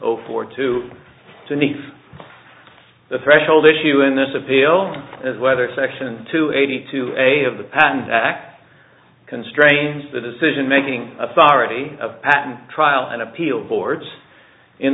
zero four two to meet the threshold issue in this appeal is whether section two eighty two a of the patent act constrains the decision making authority of patent trial and appeal boards in